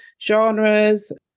genres